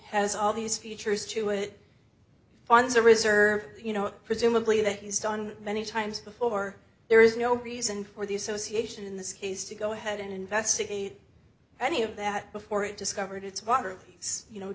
has all these features to it funds are reserved you know presumably that he's done many times before there is no reason for the association in this case to go ahead and investigate any of that before it discovered its water you know